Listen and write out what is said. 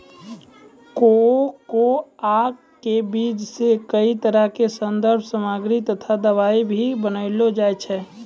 cocoa के बीज सॅ कई तरह के सौन्दर्य सामग्री तथा दवाई भी बनैलो जाय छै